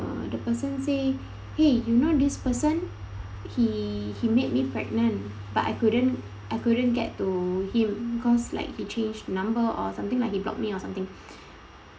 the person say !hey! you know this person he he made me pregnant but I couldn't I couldn't get to him cause like he change number or something like he block me or something